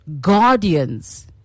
guardians